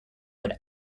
would